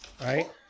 Right